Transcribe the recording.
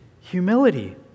humility